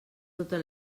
tota